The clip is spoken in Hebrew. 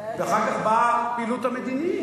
אחר כך באה הפעילות המדינית.